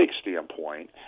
standpoint